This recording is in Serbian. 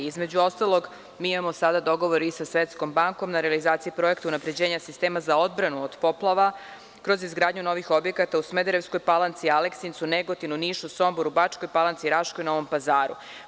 Između ostalog, mi imamo sada dogovor i sa Svetskom bankom na realizaciji projekta unapređenja sistema za odbranu od poplava, kroz izgradnju novih objekata u Smederevskoj Palanci, Aleksincu, Negotinu, Nišu, Somboru, Bačkoj Palanci, Raškoj i Novom Pazaru.